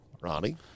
Ronnie